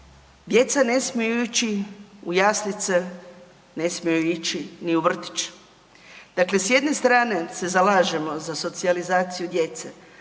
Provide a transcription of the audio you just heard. djeca ne smiju ići u jaslice, ne smiju ići ni u vrtić. Dakle, s jedne strane se zalažemo za socijalizaciju djece,